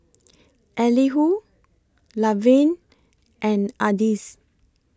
Elihu Laverne and Ardyce